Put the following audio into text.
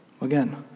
Again